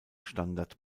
standard